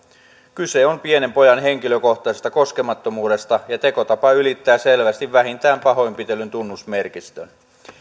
kyse on pienen pojan henkilökohtaisesta koskemattomuudesta ja tekotapa ylittää selvästi vähintään pahoinpitelyn tunnusmerkistön